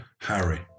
Harry